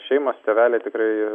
šeimos tėveliai tikrai